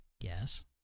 yes